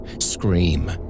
scream